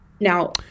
now